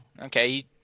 okay